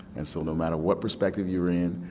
and so no matter what perspective you were in,